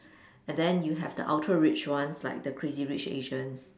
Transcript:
and then you have the Ultra rich ones like the crazy rich Asians